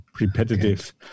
repetitive